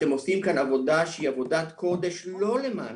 אתם עושים כאן עבודה שהיא עבודת קודש לא למענכם,